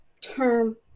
term